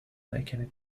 making